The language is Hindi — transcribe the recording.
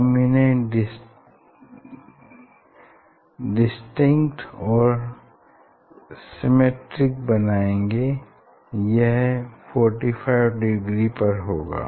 हम इन्हें डिस्टिंक्ट और सिमेट्रिक बनाएंगे यह 45 डिग्री पर होगा